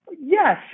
Yes